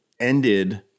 ended